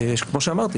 כמו שאמרתי,